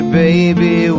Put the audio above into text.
baby